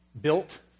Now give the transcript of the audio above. built